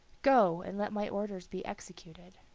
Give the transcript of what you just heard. go, and let my orders be executed.